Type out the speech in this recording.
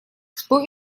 что